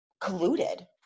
colluded